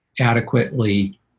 adequately